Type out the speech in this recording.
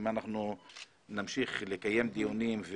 אם אנחנו נמשיך לקיים דיונים,